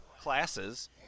classes